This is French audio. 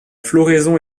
floraison